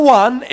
one